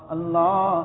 Allah